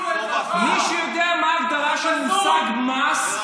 מישהו יודע מה ההגדרה של המושג מס?